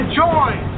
join